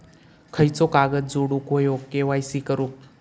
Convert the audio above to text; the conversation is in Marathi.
खयचो कागद जोडुक होयो के.वाय.सी करूक?